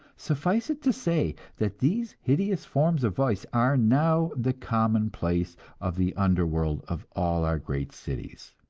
suffice it to say that these hideous forms of vice are now the commonplace of the under-world of all our great cities.